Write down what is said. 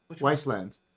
Wasteland